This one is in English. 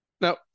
now